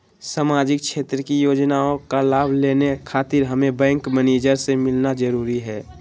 सामाजिक क्षेत्र की योजनाओं का लाभ लेने खातिर हमें बैंक मैनेजर से मिलना जरूरी है?